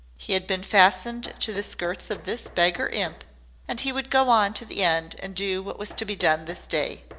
he had been fastened to the skirts of this beggar imp and he would go on to the end and do what was to be done this day.